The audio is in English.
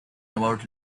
about